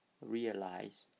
realize